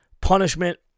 Punishment